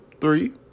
three